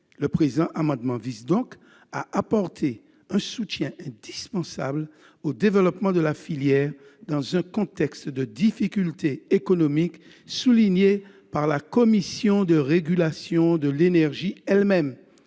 Le présent amendement vise donc à apporter un soutien indispensable au développement de la filière dans un contexte de difficultés économiques soulignées par la Commission de régulation de l'énergie elle-même.